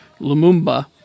Lumumba